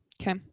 Okay